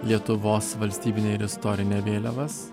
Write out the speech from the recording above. lietuvos valstybinę ir istorinę vėliavas